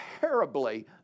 terribly